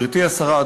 גברתי השרה,